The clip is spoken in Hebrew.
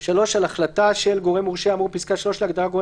(3) על החלטה של גורם מורשה האמור בפסקה (3) להגדרה "גורם